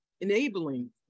enabling